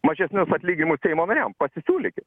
mažesnius atlyginimus seimo nariam pasisiūlykit